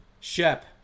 Shep